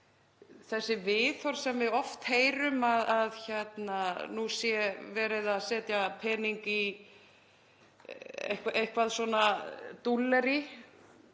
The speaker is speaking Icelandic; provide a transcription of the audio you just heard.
Þessi viðhorf sem við oft heyrum, að nú sé verið að setja pening í eitthvað svona dúllerí,